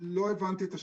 לא הבנתי את השאלה.